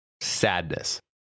sadness